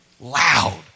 loud